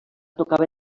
tocava